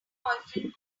boyfriend